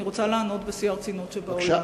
אני רוצה לענות בשיא הרצינות שבעולם.